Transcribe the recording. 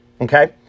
Okay